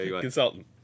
Consultant